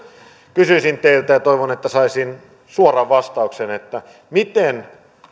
kysyisin teiltä ja toivon että saisin suoran vastauksen miten